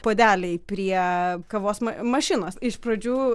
puodeliai prie kavos mašinos iš pradžių